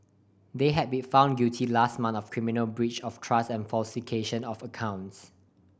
they had been found guilty last month of criminal breach of trust and falsification of accounts